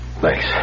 Thanks